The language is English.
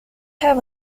have